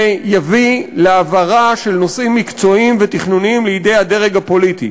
זה יביא להעברה של נושאים מקצועיים ותכנוניים לידי הדרג הפוליטי.